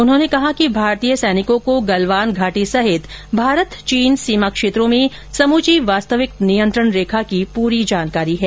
उन्होंने कहा कि भारतीय सैनिकों को गलवान घाटी सहित भारत चीन सीमा क्षेत्रों में समूची वास्तविक नियंत्रण रेखा की पूरी जानकारी है